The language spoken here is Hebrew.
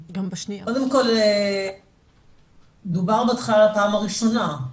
קודם כל דובר בהתחלה על הפעם הראשונה.